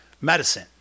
medicine